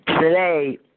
Today